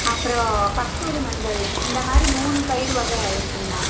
அப்புறம் கஸ்தூரி மஞ்சள் இந்த மாதிரி மூணு பயிர் வகை இருக்குங்க